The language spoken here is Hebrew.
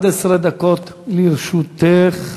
11 דקות לרשותך.